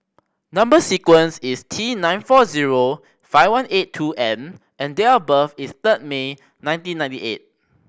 number sequence is T nine four zero five one eight two N and date of birth is third May nineteen ninety eight